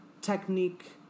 technique